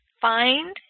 find